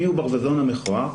מיהו הברווזון המכוער?